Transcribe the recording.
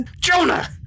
Jonah